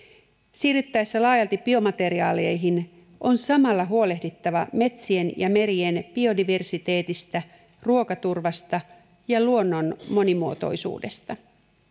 siirryttäessä laajalti biomateriaaleihin on samalla huolehdittava metsien ja merien biodiversiteetistä ruokaturvasta ja luonnon monimuotoisuudesta